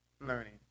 Learning